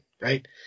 right